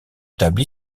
table